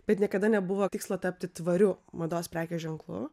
bet niekada nebuvo tikslo tapti tvariu mados prekės ženklu